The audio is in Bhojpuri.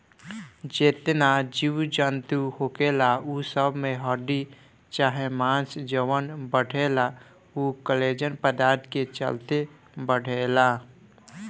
जेतना जीव जनतू होखेला उ सब में हड्डी चाहे मांस जवन बढ़ेला उ कोलेजन पदार्थ के चलते बढ़ेला